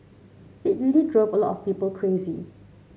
it really drove a lot of people crazy